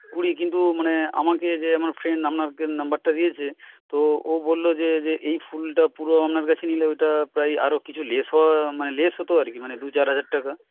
কুড়ি কিন্তু মানে আমাকে যে আমার ফ্রেন্ড নম্বরটা দিয়েছে তো ও বললো যে এই ফুলটা পুরো আপনার কাছে নিলে ওইটা প্রায় আরো কিছু লেস হওয়া মানে লেস হতো আর কি মানে দু চার হাজার টাকা